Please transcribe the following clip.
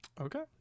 okay